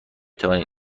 توانید